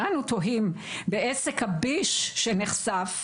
ואנו תוהים בעסק הביש שנחשף.